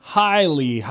highly